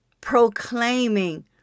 proclaiming